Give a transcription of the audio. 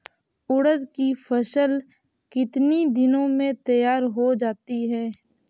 उड़द की फसल कितनी दिनों में तैयार हो जाती है?